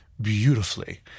beautifully